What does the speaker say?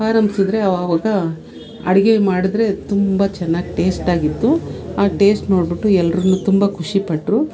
ಆರಂಭಿಸಿದ್ರೆ ಆವಾಗ ಅಡುಗೆ ಮಾಡಿದ್ರೆ ತುಂಬ ಚೆನ್ನಾಗ್ ಟೇಸ್ಟಾಗಿತ್ತು ಆ ಟೇಸ್ಟ್ ನೋಡಿಬಿಟ್ಟು ಎಲ್ರು ತುಂಬ ಖುಷಿಪಟ್ರು